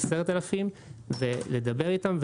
10,000 לדבר איתם,